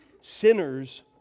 sinners